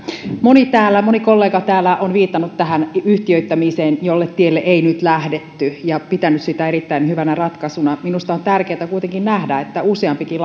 moni kollega täällä on viitannut yhtiöittämiseen jolle tielle ei nyt lähdetty ja pitänyt sitä erittäin hyvänä ratkaisuna minusta on tärkeätä kuitenkin nähdä että useampikin